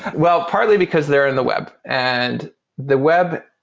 well, partly because they're in the web. and the web,